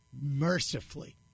mercifully